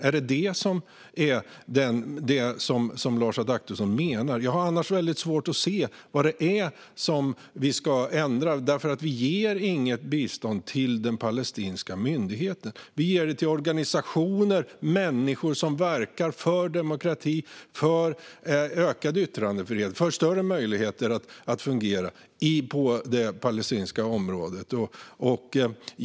Är det vad Lars Adaktusson menar? Jag har annars väldigt svårt att se vad det är som vi ska ändra. Vi ger nämligen inget bistånd till den palestinska myndigheten. Vi ger det till organisationer och människor som verkar för demokrati, för ökad yttrandefrihet och för större möjligheter att fungera i det palestinska området.